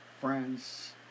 friends